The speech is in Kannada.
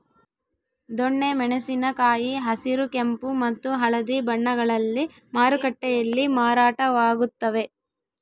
ದೊಣ್ಣೆ ಮೆಣಸಿನ ಕಾಯಿ ಹಸಿರು ಕೆಂಪು ಮತ್ತು ಹಳದಿ ಬಣ್ಣಗಳಲ್ಲಿ ಮಾರುಕಟ್ಟೆಯಲ್ಲಿ ಮಾರಾಟವಾಗುತ್ತವೆ